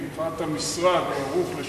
כי מבחינת המשרד הוא ערוך לשווק,